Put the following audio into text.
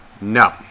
no